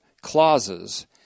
clauses